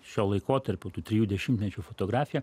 šio laikotarpio tų trijų dešimtmečių fotografiją